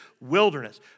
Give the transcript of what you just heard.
wilderness